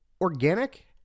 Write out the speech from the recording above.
organic